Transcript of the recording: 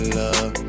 love